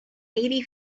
eighty